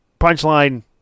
punchline